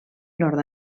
nord